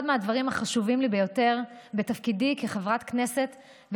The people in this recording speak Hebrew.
הדברים החשובים לי ביותר בתפקידי כחברת כנסת,